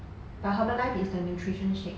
but herbalife is the nutrition shake